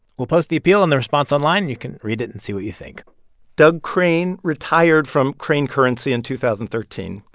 we'll post the appeal and the response online. you can read it and see what you think doug crane retired from crane currency in two thousand and thirteen.